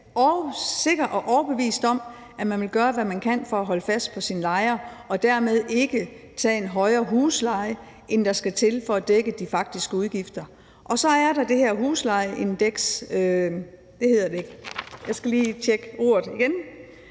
sikker på og overbevist om, at man vil gøre, hvad man kan, for at holde fast på sine lejere og dermed ikke tage en højere husleje, end der skal til for at dække de faktiske udgifter. Og så er der det her nettoprisindeks, som man har lovfæstet, og det vil sige,